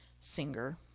singer